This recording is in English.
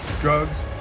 Drugs